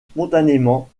spontanément